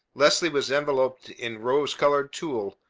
leslie was enveloped in rose-colored tulle,